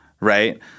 Right